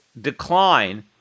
decline